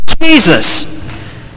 Jesus